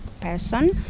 person